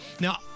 Now